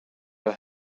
your